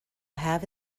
have